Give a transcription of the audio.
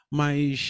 mas